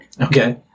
Okay